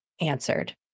answered